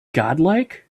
godlike